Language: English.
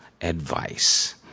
advice